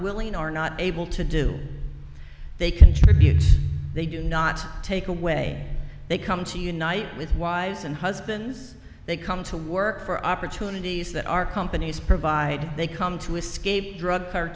willing are not able to do they contribute they do not take away they come to unite with wives and husbands they come to work for opportunities that our companies provide they come to escape drug car